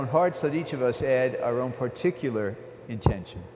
own hearts that each of us had our own particular intention